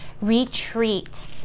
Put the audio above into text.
retreat